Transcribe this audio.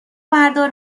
بردار